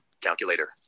Calculator